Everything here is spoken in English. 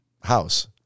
house